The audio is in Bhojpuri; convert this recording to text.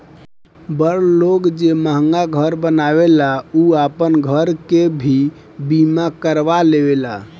बड़ लोग जे महंगा घर बनावेला उ आपन घर के भी बीमा करवा लेवेला